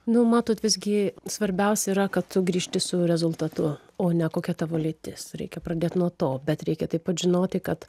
nu matot visgi svarbiausia yra kad tu sugrįžti su rezultatu o ne kokia tavo lytis reikia pradėt nuo to bet reikia taip pat žinoti kad